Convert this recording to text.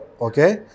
Okay